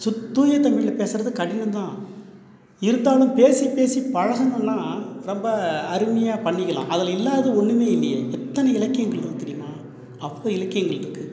சுத் தூய தமிழில் பேசுறது கடினம் தான் இருந்தாலும் பேசி பேசி பழகின்னா ரொம்ப அருமையாக பண்ணிக்கலாம் அதில் இல்லாதது ஒன்றுமே இல்லையே எத்தனை இலக்கியங்கள் இருக்கு தெரியுமா அவ்வளோ இலக்கியங்கள் இருக்கு